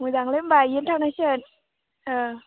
मोजांलै होनबा बेयावनो थांनांसिगोन ओं